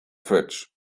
fridge